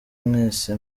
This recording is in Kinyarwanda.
mwese